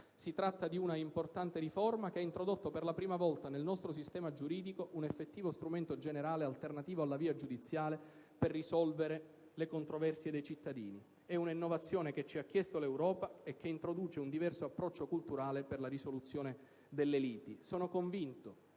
Si tratta di un'importante riforma, che ha introdotto per la prima volta nel nostro sistema giuridico un effettivo strumento generale alternativo alla via giudiziale per risolvere le controversie dei cittadini. È un'innovazione che ci ha chiesto l'Europa, e che introduce un diverso approccio culturale per la risoluzione delle liti. Sono convinto